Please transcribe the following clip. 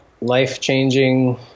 life-changing